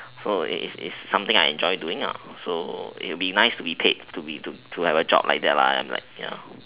so it's it's something I enjoy doing ah so it would be nice to be paid to be doing something like that ya